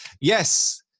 yes